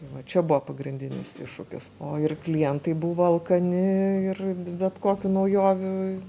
va čia buvo pagrindinis iššūkis o ir klientai buvo alkani ir bet kokių naujovių